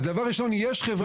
אז דבר ראשון - יש חברת גבייה.